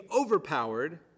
overpowered